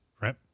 right